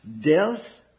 Death